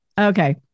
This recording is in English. Okay